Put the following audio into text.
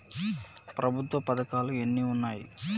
ప్రభుత్వ పథకాలు ఎన్ని ఉన్నాయి?